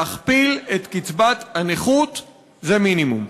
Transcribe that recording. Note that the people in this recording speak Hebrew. להכפיל את קצבת הנכות זה מינימום.